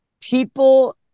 people